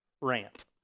rant